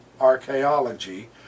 archaeology